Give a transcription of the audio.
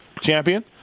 champion